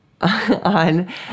on